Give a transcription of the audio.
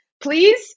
please